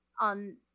on